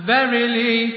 Verily